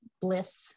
bliss